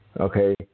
okay